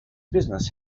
business